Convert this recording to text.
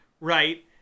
right